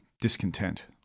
discontent